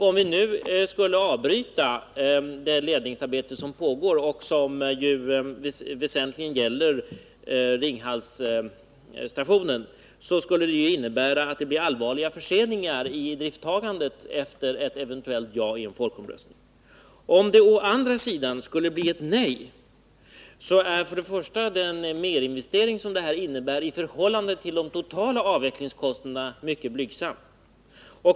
Om vi nu skulle avbryta det ledningsarbete som pågår och som väsentligen gäller Ringhalsstationen, skulle det innebära att det blir allvarliga förseningar i idrifttagandet efter ett eventuellt ja i en folkomröstning. Om det å andra sidan skulle bli nej, är för det första den merinvestering som detta innebär i förhållande till de totala avvecklingskostnaderna mycket blygsam.